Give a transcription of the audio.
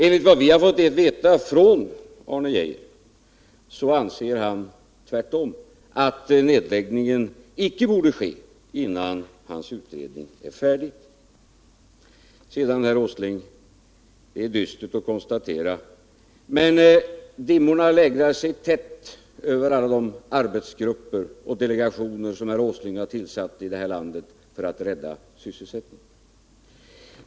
Enligt vad vi har fått veta av Arne Geijer anser han tvärtom, att nedläggningen icke borde ske innan hans utredning är färdig. Det är dystert att konstatera, herr Åsling, att dimmorna lägrar sig tätt över alla de arbetsgrupper och delegationer som herr Åsling har tillsatt i det här landet för att rädda sysselsättningen.